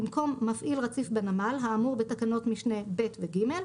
במקום מפעיל רציף בנמל האמור בתקנות משנה (ב) ו-(ג),